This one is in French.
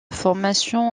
formation